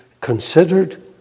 considered